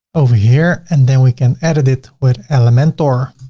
over here, and then we can edit it with elementor.